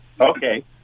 okay